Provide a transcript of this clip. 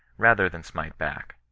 rather than smite bac